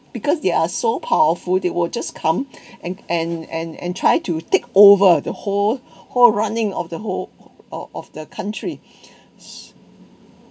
because they are so powerful they will just come and and and and try to take over the whole whole running of the hope of of the country